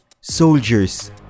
Soldiers